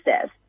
says